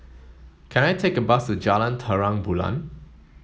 can I take a bus to Jalan Terang Bulan